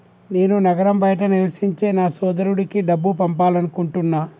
నేను నగరం బయట నివసించే నా సోదరుడికి డబ్బు పంపాలనుకుంటున్నా